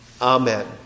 Amen